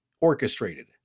orchestrated